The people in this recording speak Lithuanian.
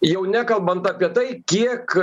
jau nekalbant apie tai kiek